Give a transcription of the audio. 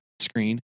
screen